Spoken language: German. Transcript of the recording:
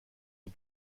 die